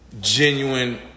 genuine